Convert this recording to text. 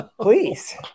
please